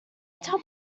top